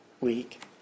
week